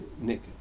Nick